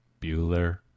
Bueller